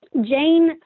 Jane